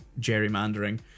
gerrymandering